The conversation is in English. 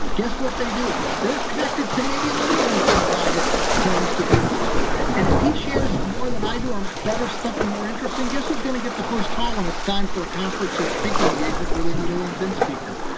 guess what they'll do? they're connected to maybe another linkedin guy that claims to be an expert. and if he shares more than i do, or better stuff, or and more interesting, guess who's going to get the first call when it's time for a conference or a speaking engagement where they need a linkedin speaker?